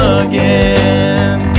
again